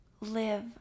live